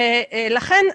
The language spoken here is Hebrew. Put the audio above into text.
לכן,